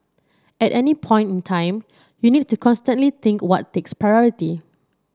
at any point in time you need to constantly think what takes priority